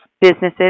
businesses